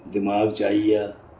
दमाग च आई गेआ